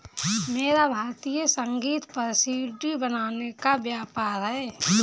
मेरा भारतीय संगीत पर सी.डी बनाने का व्यापार है